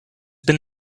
been